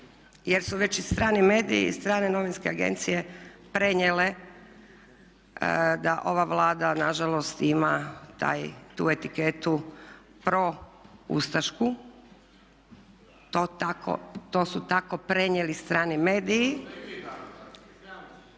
jer su već i strani mediji i strane novinske agencije prenijele da ova Vlada na žalost ima taj, tu etiketu proustašku. To tako, to su tako prenijeli strani mediji.